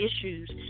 issues